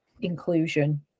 inclusion